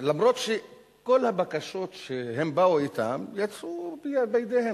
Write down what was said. למרות שכל הבקשות שהם באו אתן, יצאו והן בידיהם.